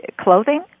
clothing